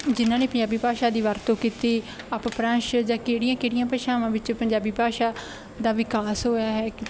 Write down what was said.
ਜਿਨ੍ਹਾਂ ਨੇ ਪੰਜਾਬੀ ਭਾਸ਼ਾ ਦੀ ਵਰਤੋਂ ਕੀਤੀ ਅੱਪ ਪ੍ਰੰਸ਼ ਜਾਂ ਕਿਹੜੀਆਂ ਕਿਹੜੀਆਂ ਭਾਸ਼ਾਵਾਂ ਵਿੱਚ ਪੰਜਾਬੀ ਭਾਸ਼ਾ ਦਾ ਵਿਕਾਸ ਹੋਇਆ ਹੈ